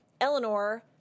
Eleanor